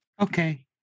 Okay